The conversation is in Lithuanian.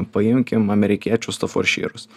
paimkim amerikiečių stafordšyrus